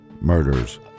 murders